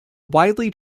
widely